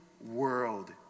world